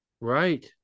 right